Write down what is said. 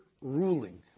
ruling